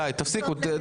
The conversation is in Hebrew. די תפסיקו,